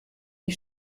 die